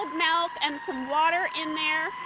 milk and some water in there,